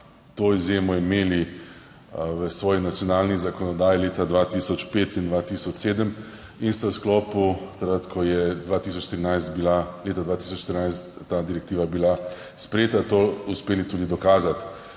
to izjemo v svoji nacionalni zakonodaji leta 2005 in 2007 in sta v sklopu, takrat, ko je bila leta 2014 ta direktiva sprejeta, to uspeli tudi dokazati.